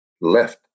left